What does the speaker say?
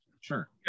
sure